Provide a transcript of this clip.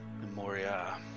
Memoria